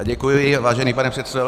Děkuji, vážený pane předsedo.